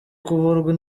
kuvurwa